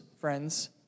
friends